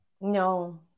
No